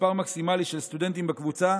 מספר מקסימלי של סטודנטים בקבוצה